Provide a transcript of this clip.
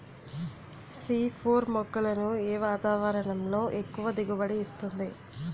C four మొక్కలను ఏ వాతావరణంలో ఎక్కువ దిగుబడి ఇస్తుంది?